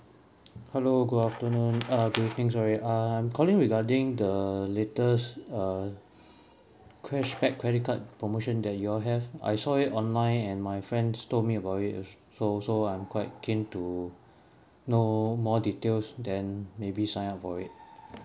hello good afternoon uh good evening sorry uh I'm calling regarding the latest uh cashback credit card promotion that you all have I saw it online and my friends told me about it so so I'm quite keen to know more details then maybe sign up for it